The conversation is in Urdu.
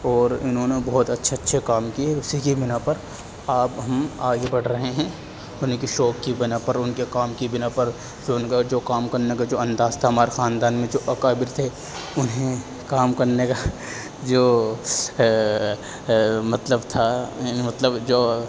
اور انہوں نے بہت اچھے اچھے کام کیے اسی کی بنا پر آپ ہم آگے بڑھ رہے ہیں انہیں کی شوق کی بنا پر ان کے کام کی بنا پر جو ان کا جو کام کرنے کا جو انداز تھا ہمارے خاندان میں جو اکابر تھے انہیں کام کرنے کا جو مطلب تھا مطلب جو